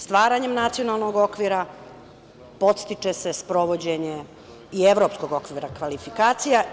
Stvaranjem Nacionalnog okvira podstiče se sprovođenje i Evropskog okvira kvalifikacija.